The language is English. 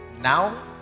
now